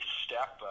step